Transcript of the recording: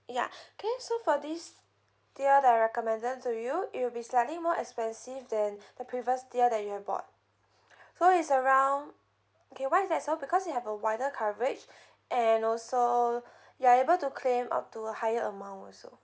ya K for this tier that I recommended to you it will be slightly more expensive than the previous tier that you have bought so it's around okay why is that so because you have a wider coverage and also you are able to claim up to a higher amount also